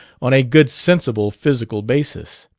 on a good sensible physical basis.